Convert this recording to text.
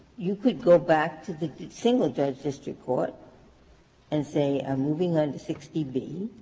you could go back to the single-judge district court and say i'm moving under sixty b